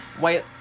Wait